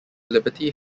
liberty